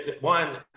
One